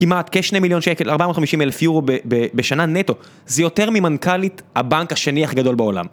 עם מעט כ-2 מיליון שקל, 450 אלף יורו בשנה נטו, זה יותר ממנכאלית הבנק השני הכי גדול בעולם.